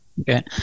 okay